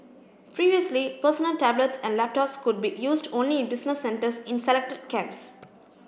previously personal tablets and laptops could be used only in business centres in selected camps